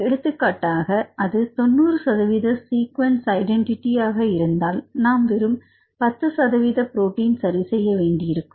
எடுத்துக்காட்டாக அது 90 சதவீத சீக்குவன்ஸ் ஐடென்டிட்டி இருந்தால் நாம் வெறும் 10 சத புரோட்டின் சரி செய்ய வேண்டி இருக்கும்